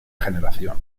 generación